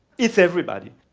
it's everybody.